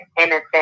innocent